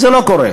זה לא קורה.